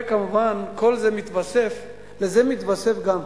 וכמובן, לזה מתווסף גם הדלק,